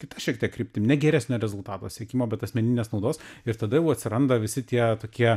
kita šiek tiek kryptim ne geresnio rezultato siekimo bet asmeninės naudos ir tada jau atsiranda visi tie tokie